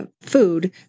food